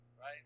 right